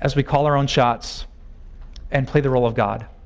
as we call our own shots and play the role of god.